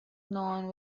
known